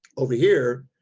over here.